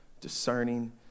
discerning